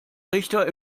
richter